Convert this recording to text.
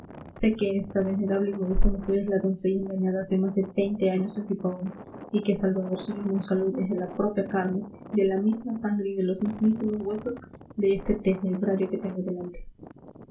sé que esta venerable y modesta mujer es la doncella engañada hace más de veinte años en pipaón y que salvadorcillo monsalud es de la propia carne de la misma sangre y de los mismísimos huesos de este tenebrario que tengo delante